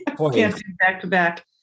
back-to-back